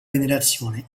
venerazione